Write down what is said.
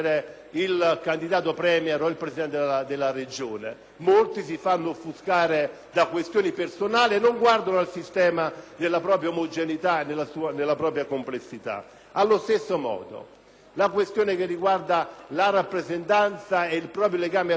Molti si fanno offuscare da questioni personali e non guardano al sistema nella sua omogeneità e nella sua complessità. Allo stesso modo, alla questione che riguarda la rappresentanza e il legame con il territorio si può ovviare in tanti modi: lo